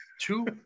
two